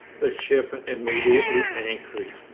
the ship immediately anchored.